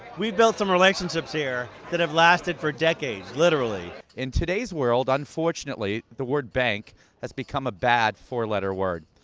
we built some relationships here that have lasted for decades, literally. in today's world, unfortunately, the word bank has become a bad four-letter word.